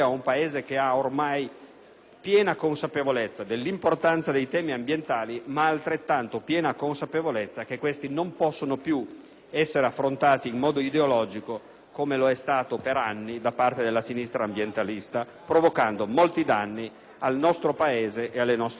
piena consapevolezza dell'importanza dei temi ambientali, ma altrettanta piena consapevolezza che questi non possono più essere affrontati in modo ideologico, come lo è stato per anni da parte della sinistra ambientalista, provocando molti danni al nostro Paese ed alle nostre comunità.